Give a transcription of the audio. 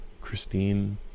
Christine